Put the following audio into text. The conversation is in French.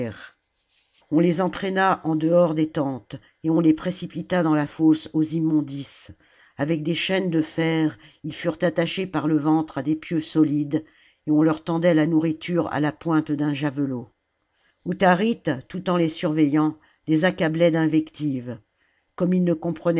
on les entraîna en dehors des tentes et on les précipita dans la fosse aux immondices avec des chaînes de fer ils furent attachés par le ventre à des pieux solides et on leur tendait la nourriture à la pointe d'un javelot salammbô autharite tout en les surveillant les accablait d'invectives comme ils ne